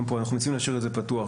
גם פה אנחנו מציעים להשאיר את זה פתוח.